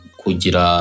kujira